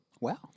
Wow